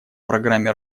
программе